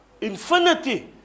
Infinity